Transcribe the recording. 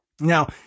Now